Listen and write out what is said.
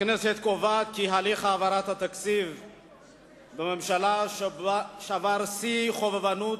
הכנסת קובעת כי הליך העברת התקציב בממשלה שבר שיאי חובבנות,